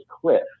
cliff